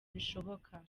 bishoboka